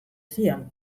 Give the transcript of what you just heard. zion